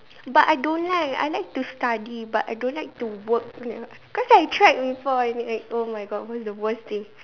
but I don't like I like to study but I don't like to work cause I tried before and like !oh-my-God! was the worst thing